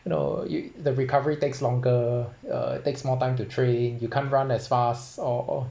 you know you the recovery takes longer err takes more time to train you can't run as fast or or